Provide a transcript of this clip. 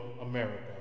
America